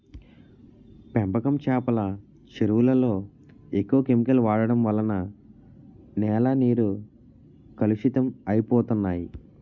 పెంపకం చేపల చెరువులలో ఎక్కువ కెమికల్ వాడడం వలన నేల నీరు కలుషితం అయిపోతన్నాయి